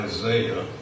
Isaiah